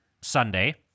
Sunday